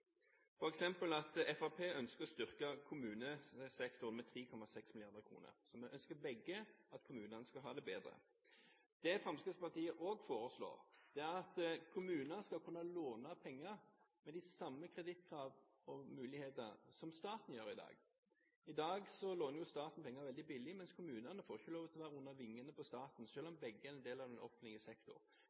f.eks. at Fremskrittspartiet ønsker å styrke kommunesektoren med 3,6 mrd. kr. Så vi ønsker begge at kommunene skal ha det bedre. Det Fremskrittspartiet også foreslår, er at kommuner skal kunne låne penger med de samme kredittkrav og -muligheter som staten gjør i dag. I dag låner staten penger veldig billig, mens kommunene ikke får lov til å være under vingene på staten, selv om begge er en del av